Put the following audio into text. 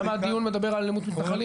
למה הדיון מדבר על מתנחלים?